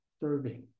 serving